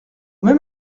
même